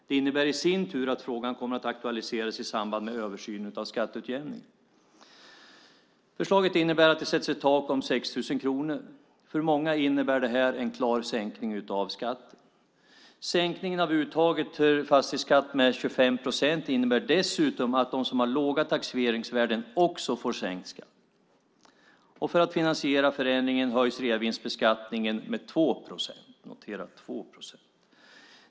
Det innebär i sin tur att frågan kommer att aktualiseras i samband med översynen av skatteutjämningen. Förslaget innebär att det sätts ett tak på 6 000 kronor. För många innebär det här en klar sänkning av skatten. Sänkningen av uttaget för fastighetsskatt med 25 procent innebär dessutom att de som har låga taxeringsvärden också får sänkt skatt. För att finansiera förändringen höjs reavinstbeskattningen med 2 procent - notera detta: 2 procent.